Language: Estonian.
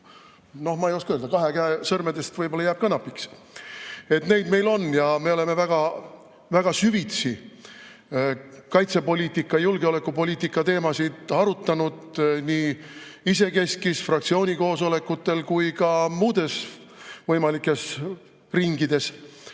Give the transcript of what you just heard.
ma ei oska öelda, kui palju – kahe käe sõrmedest jääb napiks. Neid meil on ja me oleme väga-väga süvitsi kaitsepoliitika ja julgeolekupoliitika teemasid arutanud nii isekeskis fraktsiooni koosolekutel kui ka muudes võimalikes ringides.